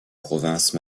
province